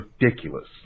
ridiculous